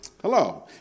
Hello